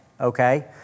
Okay